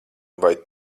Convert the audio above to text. vai